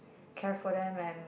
care for them and